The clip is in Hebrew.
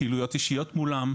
פעילויות אישיות מולם,